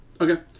Okay